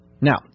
Now